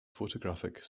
photographic